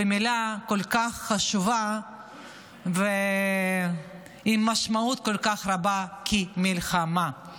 במילה כל כך חשובה ועם משמעות רבה כל כך כ"מלחמה";